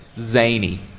zany